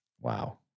Wow